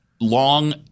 Long